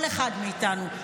כל אחד מאיתנו,